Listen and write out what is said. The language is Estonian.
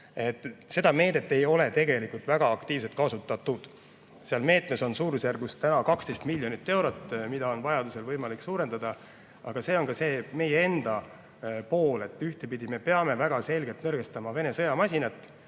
Seda meedet ei ole tegelikult väga aktiivselt kasutatud. Seal on täna suurusjärgus 12 miljonit eurot ja seda summat on vajadusel võimalik suurendada. See on siis meie enda pool. Ühtpidi me peame väga selgelt nõrgestama Vene sõjamasinat,